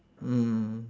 mm